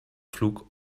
flug